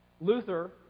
Luther